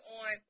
on